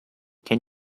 can